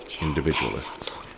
individualists